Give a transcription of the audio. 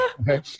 Okay